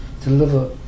Deliver